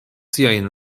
siajn